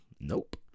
nope